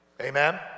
Amen